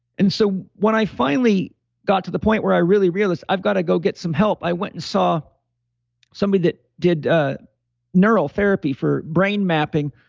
and so when i finally got to the point where i really realized i've got to go get some help, i went and saw somebody that did neural therapy for brain mapping.